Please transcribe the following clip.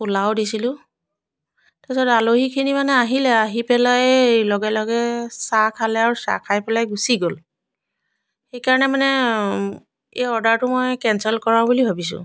পোলাও দিছিলোঁ তাৰপিছত আলহীখিনি মানে আহিলে আহি পেলাই লগে লগে চাহ খালে আৰু চাহ খাই পেলাই গুচি গ'ল সেইকাৰণে মানে এই অৰ্ডাৰটো মই কেন্সেল কৰাও বুলি ভাবিছোঁ